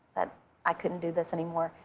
that i couldn't do this anymore.